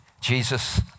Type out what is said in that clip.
Jesus